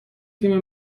تیم